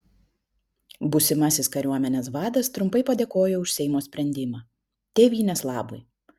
būsimasis kariuomenės vadas trumpai padėkojo už seimo sprendimą tėvynės labui